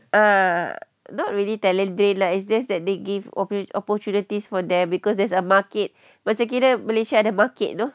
ah not really talent train lah it's just that they give oppor~ opportunities for them because there's a market macam kira malaysia ada market you know